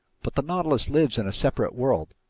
but the nautilus lives in a separate world,